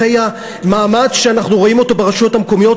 אחרי המאמץ שאנחנו רואים ברשויות המקומיות,